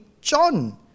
John